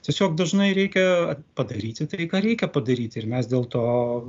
tiesiog dažnai reikia padaryti tai ką reikia padaryti ir mes dėl to